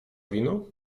wino